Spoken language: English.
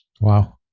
Wow